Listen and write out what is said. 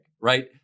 right